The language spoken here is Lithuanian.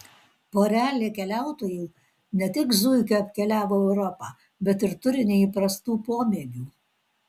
porelė keliautojų ne tik zuikiu apkeliavo europą bet ir turi neįprastų pomėgių